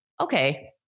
okay